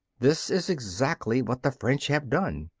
this is exactly what the french have done,